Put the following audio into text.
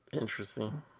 Interesting